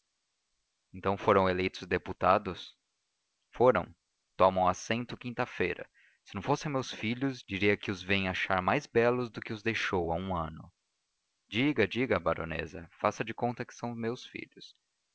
então foram eleitos deputados foram tomam assento quinta-feira se não fossem meus filhos diria que os vem achar mais belos do que os deixou há um ano diga diga baronesa faça de conta que são meus filhos